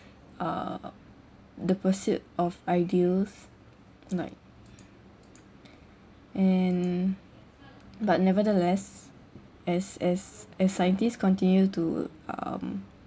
uh the pursuit of ideals like and but nevertheless as as as scientists continue to um